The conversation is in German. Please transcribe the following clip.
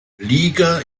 liga